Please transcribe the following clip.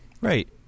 Right